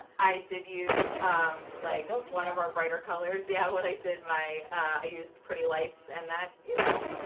i did use like don't one of our brighter colors. yeah what i did my i used pretty lights and that you know,